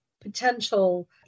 potential